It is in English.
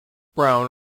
brown